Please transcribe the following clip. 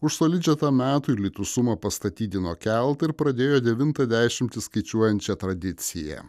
už solidžią tam metui sumą pastatydino keltą ir pradėjo devintą dešimtį skaičiuojančią tradiciją